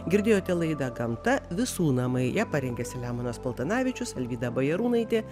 girdėjote laidą gamta visų namai ją parengė selemonas paltanavičius alvyda bajarūnaitė